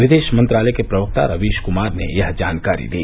विदेश मंत्रालय के प्रक्ता रवीश कुमार ने यह जानकारी दी